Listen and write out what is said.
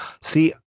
see